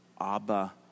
Abba